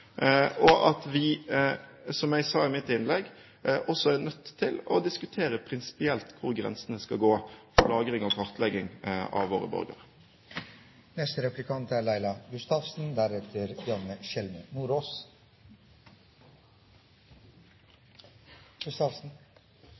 og at vi – som jeg sa i mitt innlegg – også er nødt til å diskutere prinsipielt hvor grensene for kartlegging av våre borgere og lagring skal gå. Jeg deler statsråd Lysbakkens utgangspunkt, at det er